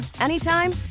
anytime